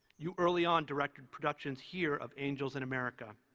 you early on directed productions here of angels in america.